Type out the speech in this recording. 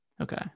Okay